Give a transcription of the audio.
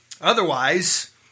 Otherwise